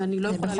ואני לא יכולה.